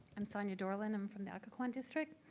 i'm sonia dorlin. i'm from the occoquan district.